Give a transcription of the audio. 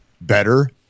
better